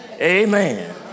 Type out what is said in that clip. Amen